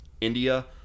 India